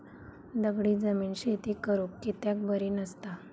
दगडी जमीन शेती करुक कित्याक बरी नसता?